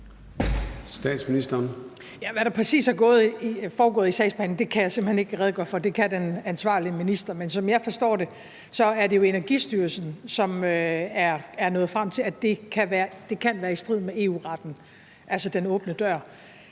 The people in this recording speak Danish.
Frederiksen): Hvad der præcis er foregået i sagsbehandlingen, kan jeg simpelt hen ikke redegøre for. Det kan den ansvarlige minister. Men som jeg forstår det, er det jo Energistyrelsen, som er nået frem til, at åben dør-ordningen kan være i strid med EU-retten – jeg er